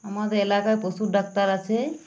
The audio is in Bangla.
আমাদের এলাকায় পশুর ডাক্তার আছে